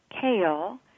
kale